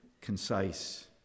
concise